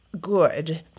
good